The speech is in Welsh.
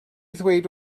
ddweud